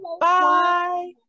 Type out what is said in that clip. Bye